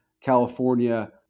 California